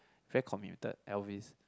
very committed Elvis